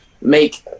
make